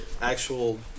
actual